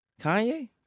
Kanye